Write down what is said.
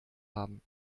haben